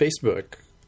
Facebook